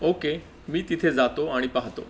okay मी तिथे जातो आणि पाहतो